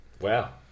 Wow